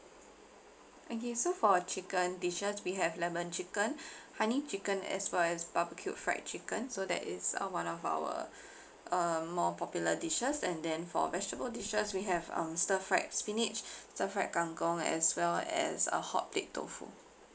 okay so for our chicken dishes we have lemon chicken honey chicken as well as barbecued fried chicken so that is uh one of our err more popular dishes and then for vegetable dishes we have um stir fried spinach stir fried kang kong as well as uh hotplate tofu